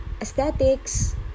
aesthetics